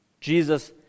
Jesus